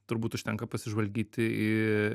turbūt užtenka pasižvalgyti į